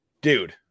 dude